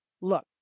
Look